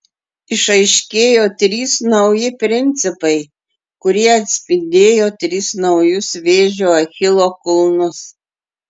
išaiškėjo trys nauji principai kurie atspindėjo tris naujus vėžio achilo kulnus